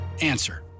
Answer